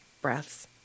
breaths